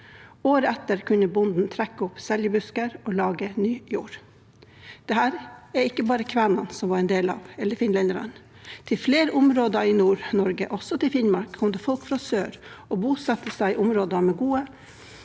Året etter kunne bonden trekke opp seljebuskene og lage ny jord. Dette er det ikke bare kvenene og finlenderne som var del av. Til flere områder i Nord-Norge, også til Finnmark, kom det folk fra sør som bosatte seg i områder med gode